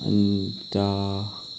अन्त